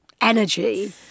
energy